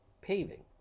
Paving